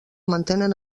mantenen